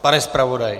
Pane zpravodaji.